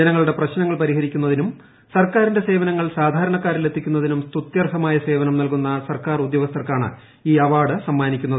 ജനങ്ങളുടെ പ്രശ്നങ്ങൾ പരിഹരിക്കുന്നതിനും സർക്കാരിന്റെ സേവനങ്ങൾ സാധാരണക്കാരിൽ എത്തിക്കുന്നതിനും സ്തുത്യർഹമായ സേവനം നൽകുന്നി സർക്കാർ ഉദ്യോഗസ്ഥന്മാർക്കാണ് ഈ അവാർഡ് സമ്മാനിക്കുന്നത്